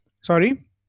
Sorry